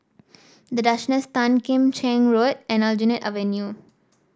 The Duchess Tan Kim Cheng Road and Aljunied Avenue